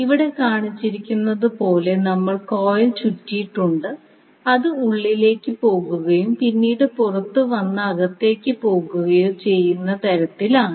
ഇവിടെ കാണിച്ചിരിക്കുന്നതു പോലെ നമ്മൾ കോയിൽ ചുറ്റിയിട്ടുണ്ട് അത് ഉള്ളിലേക്ക് പോകുകയും പിന്നീട് പുറത്തുവന്ന് അകത്തേക്ക് പോകുകയും ചെയ്യുന്ന തരത്തിൽ ആണ്